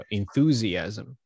enthusiasm